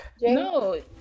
No